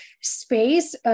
space